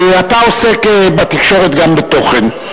אתה עוסק בתקשורת גם בתוכן.